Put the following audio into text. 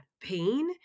pain